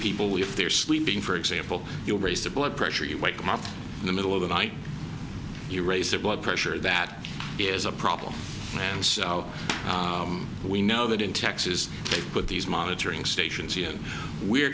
with if they're sleeping for example you raise the blood pressure you wake them up in the middle of the night you raise their blood pressure that is a problem man so we know that in texas they put these monitoring stations and we're